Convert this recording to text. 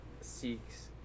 seeks